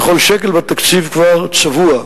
וכל שקל בתקציב כבר "צבוע",